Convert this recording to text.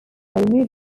removing